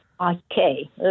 Okay